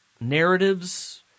narratives